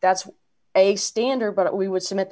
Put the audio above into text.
that's a standard but we would submit